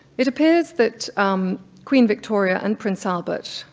it appears that queen victoria and prince albert,